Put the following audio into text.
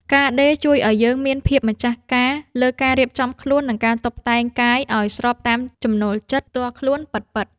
ការដេរជួយឱ្យយើងមានភាពម្ចាស់ការលើការរៀបចំខ្លួន និងការតុបតែងកាយឱ្យស្របតាមចំណូលចិត្តផ្ទាល់ខ្លួនពិតៗ។